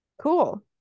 cool